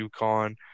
UConn